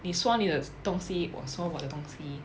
你说你的东西我说我的东西